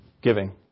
Giving